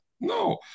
No